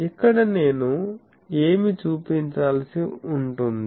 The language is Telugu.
అక్కడ నేను ఏమి చూపించాల్సి ఉంటుంది